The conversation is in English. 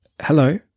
Hello